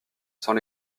sans